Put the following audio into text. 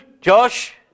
Josh